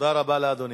תודה רבה לאדוני.